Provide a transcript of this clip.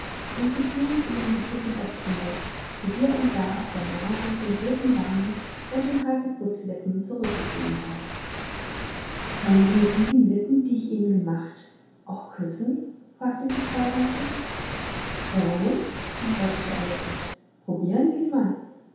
und sie blies ihm die zuckerrestchen weg die hier und da auf der nase den roten wangen und den hagebuttlippen zurückgeblieben waren können sie mit diesen lippen die ich ihnen gemacht auch küssen fragte sie treuherzig warum nicht antwortete er lächelnd probieren sie's mal